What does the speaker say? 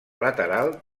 lateral